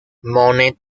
monet